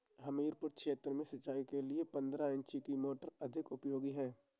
हमीरपुर क्षेत्र में सिंचाई के लिए पंद्रह इंची की मोटर अधिक उपयोगी है?